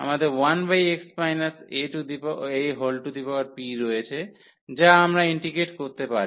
আমাদের 1x ap রয়েছে যা আমরা ইন্টিগ্রেট করতে পারি